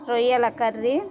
రొయ్యల కర్రీ